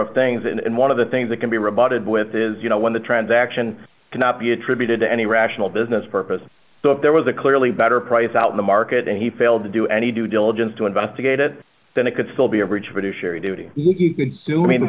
of things and one of the things that can be rebutted with is you know when the transaction cannot be attributed to any rational business purpose so if there was a clearly better price out in the market and he failed to do any due diligence to investigate it then it could still be average british area duty you can